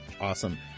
Awesome